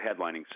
headlining